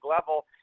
level